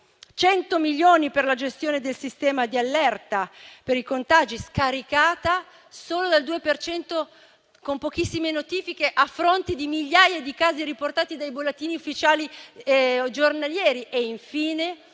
(100 milioni per la gestione del sistema di allerta per i contagi), scaricata solo dal 2 per cento, con pochissime notifiche, a fronte di migliaia di casi riportati dai bollettini ufficiali giornalieri.